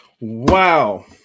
Wow